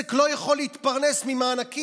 עסק לא יכול להתפרנס ממענקים.